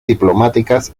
diplomáticas